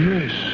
Yes